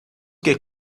que